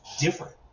different